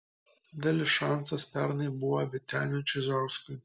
didelis šansas pernai buvo vyteniui čižauskui